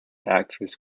actress